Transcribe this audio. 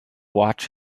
watch